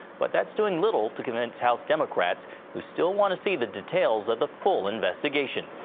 but that's doing little to convince house democrats who still want to see the details of the full investigation.